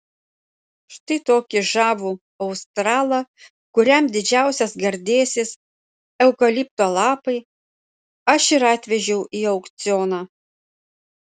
štai tokį žavų australą kuriam didžiausias gardėsis eukalipto lapai aš ir atvežiau į aukcioną